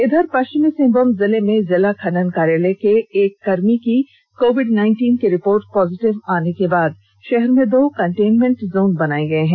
इधर पष्विमी सिंहभूम जिले में जिला खन्न कार्यालय के एक कर्मी की कोविड नाईटिन की रिपोर्ट पोजिटिव आने के बाद शहर में दो कंटेनमेंट जोन बनाये गये हैं